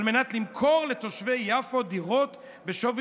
על מנת למכור לתושבי יפו דירות בשווי